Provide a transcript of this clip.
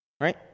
Right